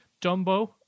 Dumbo